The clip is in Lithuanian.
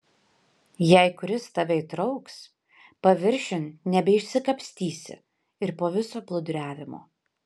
jei kuris tave įtrauks paviršiun nebeišsikapstysi ir po viso plūduriavimo